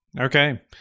Okay